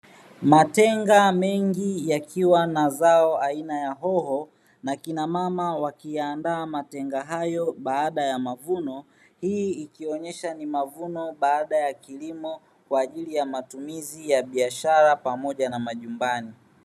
Matenga mengi yakiwa na zao aina ya hoho na kinamama wakiyaandaa matenga hayo baada ya mavuno, hii ikionyesha ni mavuno baada ya kilimo kwa ajili ya matumizi ya biashara pamoja na majumbani.